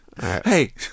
Hey